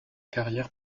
carrière